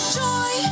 joy